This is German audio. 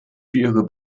ihre